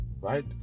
right